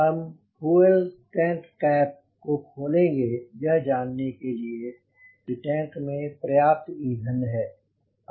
हम fuel tank cap को खोलेंगे यह जानने के लिए कि टैंक में पर्याप्त ईंधन है